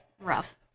rough